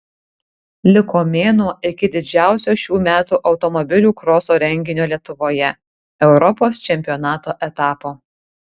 liko mėnuo iki didžiausio šių metų automobilių kroso renginio lietuvoje europos čempionato etapo